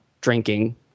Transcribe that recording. drinking